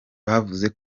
bavuze